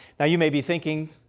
now you may be thinking,